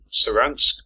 Saransk